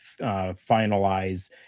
Finalize